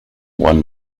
one